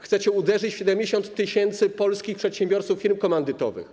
Chcecie uderzyć w 70 tys. polskich przedsiębiorców z firm komandytowych.